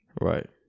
Right